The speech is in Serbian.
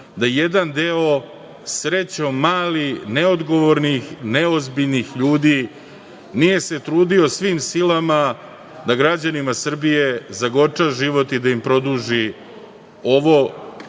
da jedan deo, srećom mali, neodgovornih, neozbiljnih ljudi, nije se trudio svim silama da građanima Srbije zagorča život i da im produži ovo